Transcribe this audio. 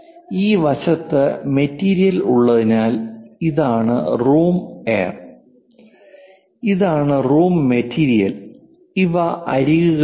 ഈ വശത്ത് മെറ്റീരിയൽ ഉള്ളതിനാൽ ഇതാണ് റൂം എയർ ഇതാണ് റൂം മെറ്റീരിയൽ ഇവ അരികുകളാണ്